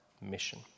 mission